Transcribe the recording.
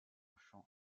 champ